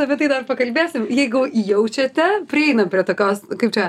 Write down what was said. apie tai dar pakalbėsim jeigu jaučiate prieinam prie tokios kaip čia